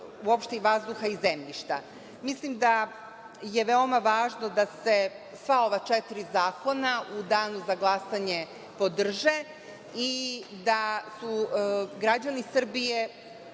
uopšte vazduha i zemljišta. Mislim da je veoma važno da se sva ova četiri zakona u danu za glasanje podrže i da su građani Srbije